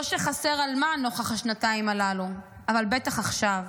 לא שחסר על מה, נוכח השנתיים הללו, אבל בטח עכשיו.